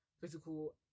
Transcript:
physical